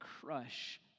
crush